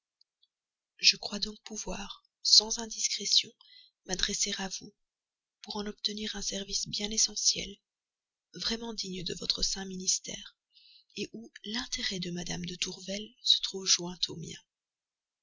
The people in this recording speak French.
je crois donc pouvoir sans indiscrétion m'adresser à vous pour obtenir un service bien essentiel vraiment digne de votre saint ministère où l'intérêt de mme de tourvel se trouve joint au mien